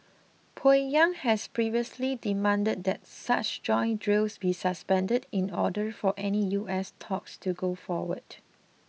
Pyongyang had previously demanded that such joint drills be suspended in order for any U S talks to go forward